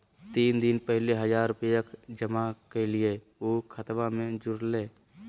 तीन दिन पहले हजार रूपा जमा कैलिये, ऊ खतबा में जुरले?